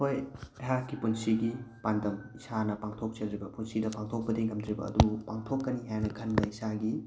ꯍꯣꯏ ꯑꯩꯍꯥꯛꯀꯤ ꯄꯨꯟꯁꯤꯒꯤ ꯄꯥꯟꯗꯝ ꯏꯁꯥꯅ ꯄꯥꯡꯊꯣꯛ ꯆꯗ꯭ꯔꯤꯕ ꯄꯨꯟꯁꯤꯗ ꯄꯥꯡꯊꯣꯛꯄꯗꯤ ꯉꯝꯗ꯭ꯔꯤꯕ ꯑꯗꯨꯕꯨ ꯄꯥꯡꯊꯣꯛꯀꯅꯤ ꯍꯥꯏꯅ ꯈꯟꯕ ꯏꯁꯥꯒꯤ